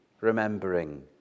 remembering